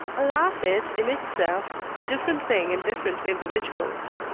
a laugh is in itself a different thing in different individuals.